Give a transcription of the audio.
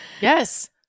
Yes